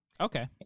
Okay